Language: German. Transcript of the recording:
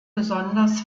besonders